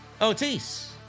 Otis